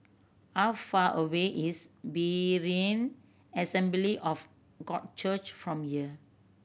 how far away is Berean Assembly of God Church from here